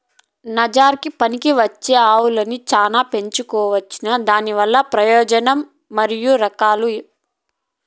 నంజరకి పనికివచ్చే ఆవులని చానా పెంచుకోవచ్చునా? దానివల్ల ప్రయోజనం మరియు రకాలు?